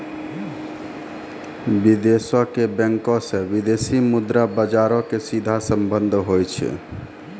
विदेशो के बैंको से विदेशी मुद्रा बजारो के सीधा संबंध होय छै